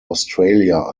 australia